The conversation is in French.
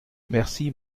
merci